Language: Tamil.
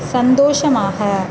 சந்தோஷமாக